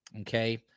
okay